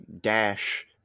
dash